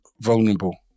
vulnerable